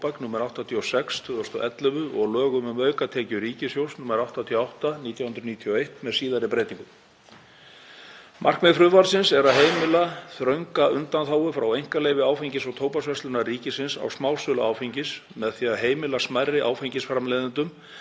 og lögum um aukatekjur ríkissjóðs, nr. 88/1991, með síðari breytingum. Markmið frumvarpsins er að heimila þrönga undanþágu frá einkaleyfi Áfengis- og tóbaksverslunar ríkisins á smásölu áfengis með því að heimila smærri áfengisframleiðendum,